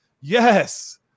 Yes